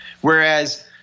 Whereas